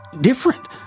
different